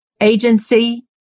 agency